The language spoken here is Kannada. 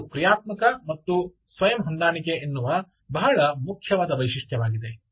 ಇದು ಕ್ರಿಯಾತ್ಮಕ ಮತ್ತು ಸ್ವಯಂ ಹೊಂದಾಣಿಕೆ ಎನ್ನುವ ಬಹಳ ಮುಖ್ಯವಾದ ವೈಶಿಷ್ಟ್ಯವಾಗಿದೆ